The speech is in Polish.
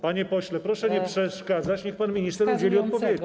Panie pośle, proszę nie przeszkadzać, niech pan minister udzieli odpowiedzi.